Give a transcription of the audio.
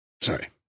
Sorry